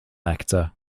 actor